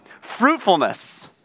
fruitfulness